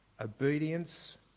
Obedience